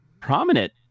prominent